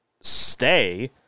stay